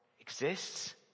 exists